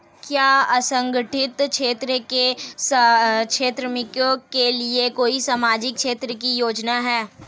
क्या असंगठित क्षेत्र के श्रमिकों के लिए कोई सामाजिक क्षेत्र की योजना है?